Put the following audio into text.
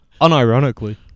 Unironically